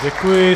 Děkuji.